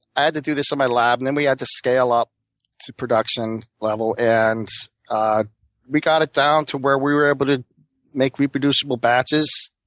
i had to do this in my lab. then we had to scale up to production level. and ah we got it down to where we were able to make reproducible batches,